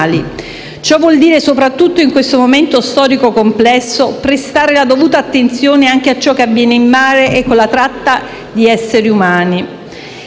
Ciò vuol dire, soprattutto in questo momento storico complesso, prestare la dovuta attenzione anche a ciò che avviene in mare con la tratta di esseri umani.